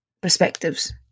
perspectives